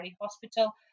hospital